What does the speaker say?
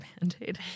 Band-Aid